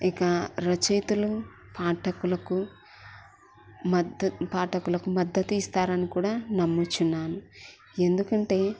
ఇక రచయితులు పాఠకులకు పాఠకులకు మద్దతిస్తారని కూడా నమ్ముచున్నాను ఎందుకంటే